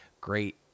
great